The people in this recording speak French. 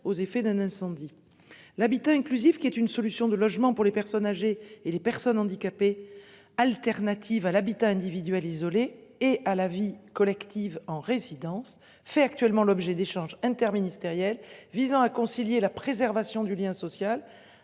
aux effets d'un incendie l'habitat inclusif, qui est une solution de logement pour les personnes âgées et les personnes handicapées. Alternative à l'habitat individuel, isolé et à la vie collective en résidence fait actuellement l'objet d'échanges interministériels visant à concilier la préservation du lien social